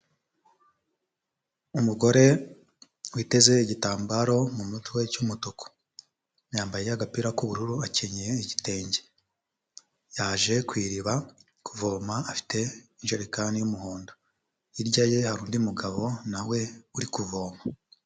Umugore witeze igitambaro mu mutwe cy'umutuku, yambaye agapira k'ubururu akenyeye igitenge, yaje ku iriba kuvoma afite ijerekani y'umuhondo, hirya ye hari undi mugabo na we uri kuvoma.